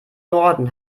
norden